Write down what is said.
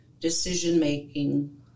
decision-making